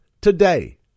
today